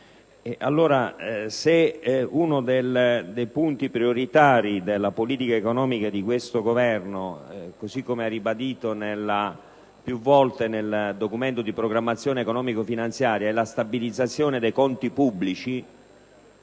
Allora, se uno dei punti prioritari della politica economica di questo Governo, così come è ribadito più volte nel Documento di programmazione economico‑finanziaria, è la stabilizzazione dei conti pubblici,